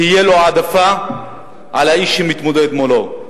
תהיה לו עדיפות על האיש שמתמודד מולו.